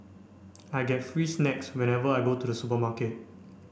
I get free snacks whenever I go to the supermarket